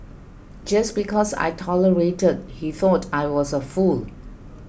just because I tolerated he thought I was a fool